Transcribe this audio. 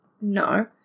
No